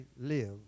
live